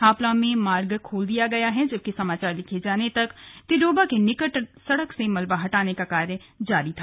हापला में मार्ग खोल दिया गया है जबकि समाचार लिखे जाने तक तिडोबा के निकट सड़क से मलबा हटाने का कार्य जारी था